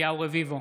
אליהו רביבו,